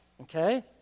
okay